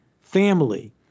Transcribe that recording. family